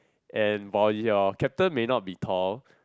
and while your captain may not be tall